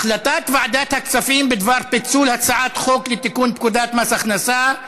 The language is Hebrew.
החלטת ועדת הכספים בדבר פיצול הצעת חוק לתיקון פקודת מס הכנסה.